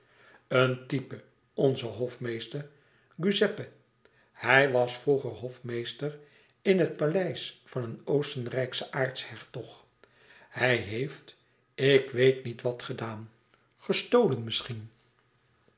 een type onze hofmeester giuseppe hij was vroeger hofmeester in het paleis van een oostenrijkschen aartshertog hij heeft ik weet niet wat gedaan gestolen misschien